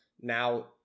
now